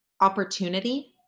opportunity